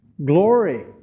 Glory